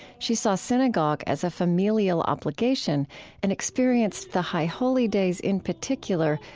she saw synagogue as a familial obligation and experienced the high holy days, in particular,